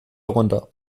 runter